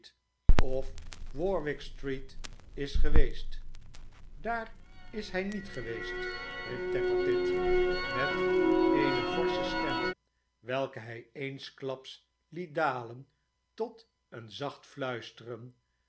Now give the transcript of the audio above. of warwick street is geweest daar is hij niet geweest riep tappertit met eene forsche stem welke hij eensklaps liet dalen tot een zacht fluisteren